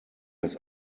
das